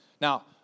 Now